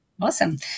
Awesome